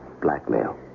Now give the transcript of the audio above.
Blackmail